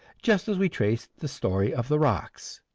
just as we trace the story of the rocks.